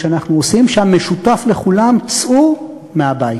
המשותף לכולן: צאו מהבית.